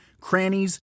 crannies